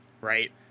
right